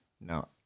No